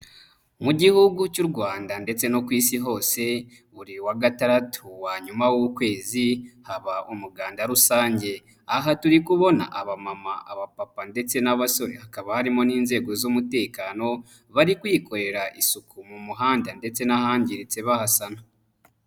Mu gihugu cy'uRwanda ndetse no ku isi hose, buri wa gatandatu wa nyuma w'ukwezi, haba umuganda rusange. Aha turi kubona abamama, abapapa, ndetse n'abasore hakaba harimo n'inzego z'umutekano, bari kwikorera isuku mu muhanda ndetse n'ahangiritse bahasana.